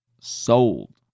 Sold